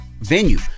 venue